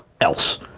else